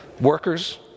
workers